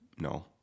No